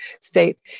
state